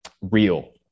real